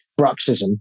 bruxism